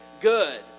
good